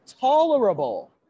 Tolerable